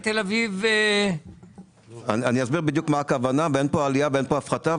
אני אסביר בדיוק מה הכוונה; אין פה עלייה או הפחתה.